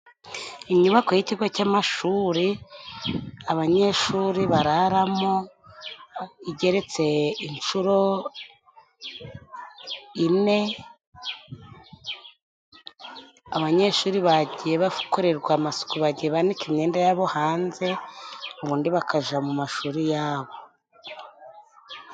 Inyubako y'ikigo cy'amashuri abanyeshuri bararamo, igeretse inshuro ine, abanyeshuri bagiye bakorerwa amasuku, bagiye banika imyenda yabo hanze, ubundi bakaja mu mashuri yabo.